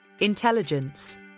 intelligence